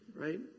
right